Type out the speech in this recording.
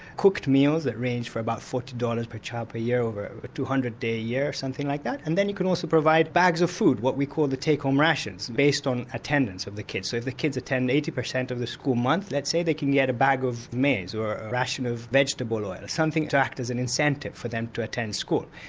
cooked meals that range for about forty dollars per child per year, over a two hundred day year or something like that, and then you can also provide bags of food, what we call the take-home rations based on attendance of the kid, so if the kids attend eighty percent of the school month, let's say, they can get a bag of maize or a ration of vegetable oil, something to act as an incentive for them to attend school.